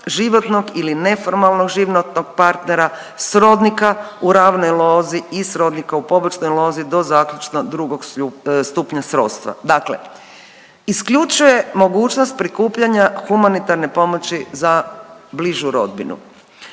životnog ili neformalnog životnog partnera, srodnika u ravnoj lozi i srodnika u pobočnoj lozi do zaključno drugo stupnja srodstva. Dakle, isključuje mogućnost prikupljanja humanitarne pomoći za bližu rodbinu.